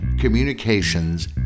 communications